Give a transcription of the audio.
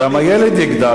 יותר משמעת לילדים שלך.